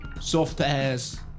soft-ass